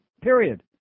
period